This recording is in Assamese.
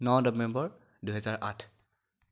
ন নৱেম্বৰ দুহেজাৰ আঠ